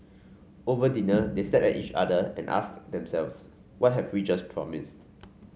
over dinner they stared at each other and asked themselves What have we just promised